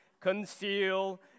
Conceal